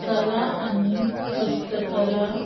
कला आनी हस्तकला